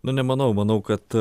nu nemanau manau kad